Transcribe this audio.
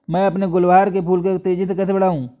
मैं अपने गुलवहार के फूल को तेजी से कैसे बढाऊं?